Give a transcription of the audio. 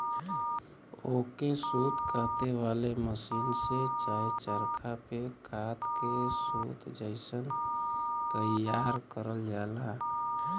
ओके सूत काते वाले मसीन से चाहे चरखा पे कात के सूत जइसन तइयार करल जाला